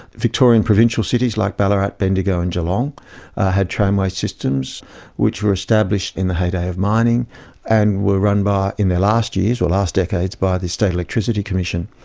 victorian provincial cities like ballarat, bendigo and geelong had tramway systems which were established in the heyday of mining and were run by, in the last years, or last decades, by the state electricity commission.